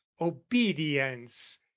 obedience